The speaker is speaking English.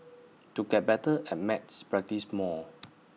to get better at maths practise more